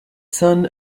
son